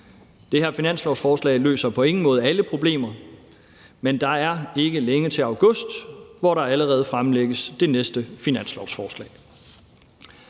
Det her finanslovsforslag løser på ingen måde alle problemer, men der er ikke længe til august, hvor der allerede fremsættes det næste finanslovsforslag.